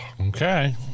Okay